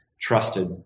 trusted